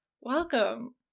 Welcome